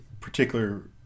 particular